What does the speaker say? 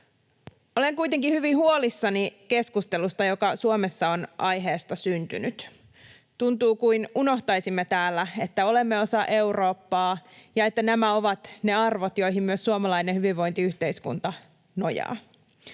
Olen kuitenkin hyvin huolissani keskustelusta, joka Suomessa on aiheesta syntynyt. Tuntuu kuin unohtaisimme täällä, että olemme osa Eurooppaa ja että nämä ovat ne arvot, joihin myös suomalainen hyvinvointiyhteiskunta nojaa.